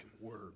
word